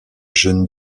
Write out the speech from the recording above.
jeunes